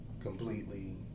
completely